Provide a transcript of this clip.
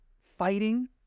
fighting